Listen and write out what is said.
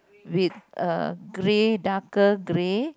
with a grey darker grey